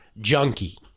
junkie